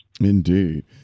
Indeed